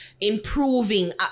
improving